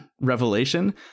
revelation